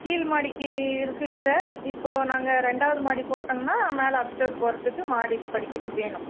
கீழ் மாடிக்கு இருக்குதுங்க சார் இப்போது நாங்கள் ரெண்டாவது மாடி போட்டோங்ன்னா மேலே அப்ஸ்டர் போகுறதுக்கு மாடி படிக்கட்டு வேணும்